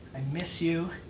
i miss you.